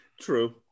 True